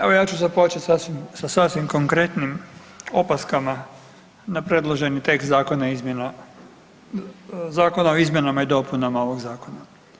Evo, ja ću započet sa sasvim konkretnim opaskama na predloženi tekst zakona o izmjenama i dopunama ovog zakona.